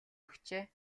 өгчээ